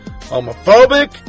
homophobic